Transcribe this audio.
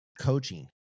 coaching